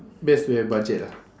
best to have budget ah